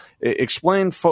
Explain